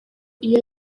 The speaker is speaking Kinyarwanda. iyo